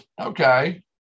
okay